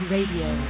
Radio